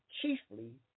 chiefly